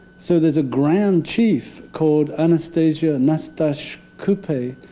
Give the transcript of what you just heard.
so there's a grand chief called anastasia nastash qupee.